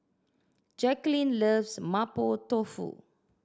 Jacqueline loves Mapo Tofu